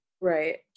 Right